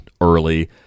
early